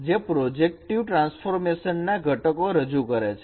જે projective transformation ના ઘટકો રજૂ કરે છે